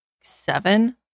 seven